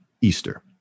Easter